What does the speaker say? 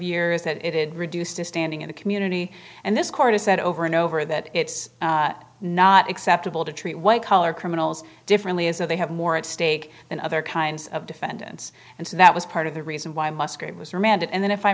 years that it reduced his standing in the community and this court has said over and over that it's not acceptable to treat white collar criminals differently as they have more at stake than other kinds of defendants and so that was part of the reason why musgrave was remanded and then if i